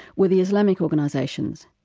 were the islamic organisations,